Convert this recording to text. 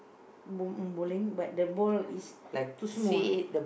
bowl~ bowling but the ball is too small